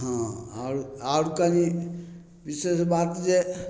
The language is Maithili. हँ आओर आओर कनी विशेष बात जे